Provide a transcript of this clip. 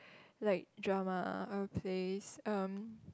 like drama or plays um